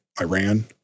Iran